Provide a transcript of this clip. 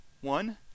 One